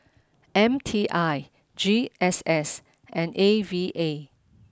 M T I G S S and A V A